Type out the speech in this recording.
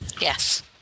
Yes